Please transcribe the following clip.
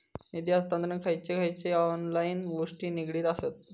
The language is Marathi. निधी हस्तांतरणाक खयचे खयचे ऑनलाइन गोष्टी निगडीत आसत?